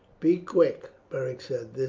be quick! beric said,